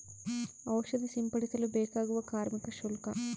ಔಷಧಿ ಸಿಂಪಡಿಸಲು ಬೇಕಾಗುವ ಕಾರ್ಮಿಕ ಶುಲ್ಕ?